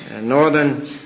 northern